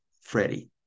Freddie